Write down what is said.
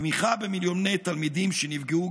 תמיכה במיליוני תלמידים שנפגעו,